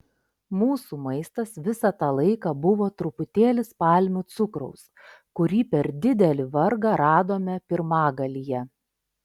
mūsų maistas visą tą laiką buvo truputėlis palmių cukraus kurį per didelį vargą radome pirmagalyje